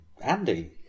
Andy